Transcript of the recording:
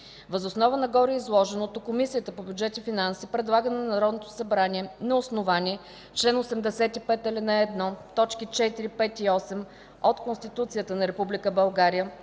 Въз основа на гореизложеното Комисията по бюджет и финанси предлага на Народното събрание на основание чл. 85, ал. 1, т. 4, 5 и 8 от Конституцията на Република България